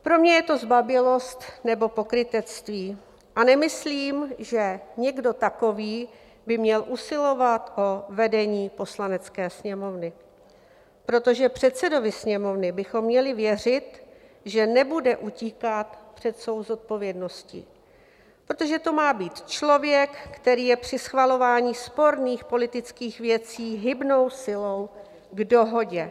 Pro mě je to zbabělost nebo pokrytectví a nemyslím, že někdo takový měl usilovat o vedení Poslanecké sněmovny, protože předsedovi Sněmovny bychom měli věřit, že nebude utíkat před svou zodpovědností, protože to má být člověk, který je při schvalování sporných politických věcí hybnou silou k dohodě.